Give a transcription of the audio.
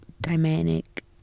dynamic